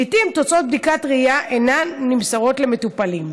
לעיתים תוצאות בדיקות ראייה אינן נמסרות למטופלים.